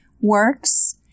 works